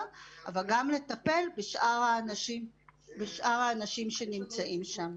אבל גם לטפל בשאר האנשים שנמצאים שם.